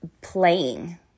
playing